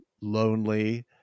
lonely